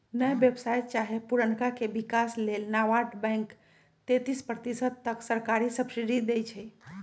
नया व्यवसाय चाहे पुरनका के विकास लेल नाबार्ड बैंक तेतिस प्रतिशत तक सरकारी सब्सिडी देइ छइ